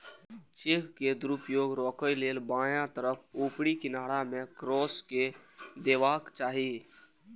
cheque के दुरुपयोग रोकै लेल बायां तरफ ऊपरी किनारा मे क्रास कैर देबाक चाही